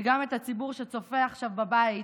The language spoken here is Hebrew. וגם את הציבור שצופה עכשיו בבית,